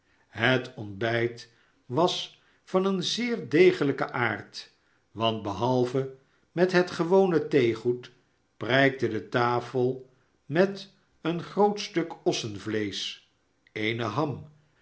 het ontbijt was van een zeer degelijken aard want behalve met het gewone theegoed prijkte de tafel met een groot stuk ossenvleesch eene ham